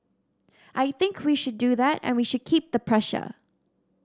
I think we should do that and we should keep the pressure